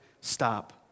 stop